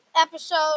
episode